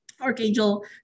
archangel